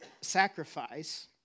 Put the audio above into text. sacrifice